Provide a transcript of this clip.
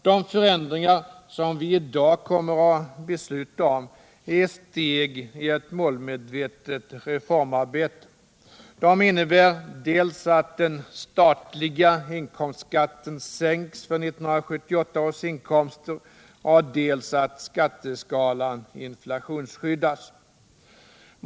De förändringar som vi i dag kommer att besluta om är ett steg i ett målmedvetet reformarbete. De innebär dels att den statliga inkomstskatten sänks för 1978 års inkomster, dels att skatteskalan inflationsskyddas.